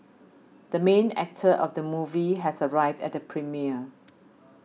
the main actor of the movie has arrived at the premiere